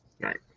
right